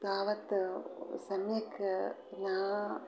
तावत् सम्यक् न